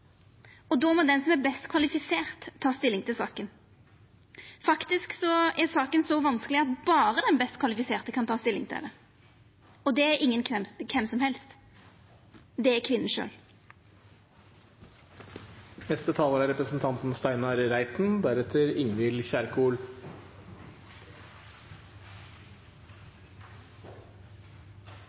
det. Då må den som er best kvalifisert, ta stilling til saka. Faktisk er saka så vanskeleg at berre den best kvalifiserte kan ta stilling til det, og det er ingen kven som helst. Det er kvinna sjølv. Jeg vil først takke representanten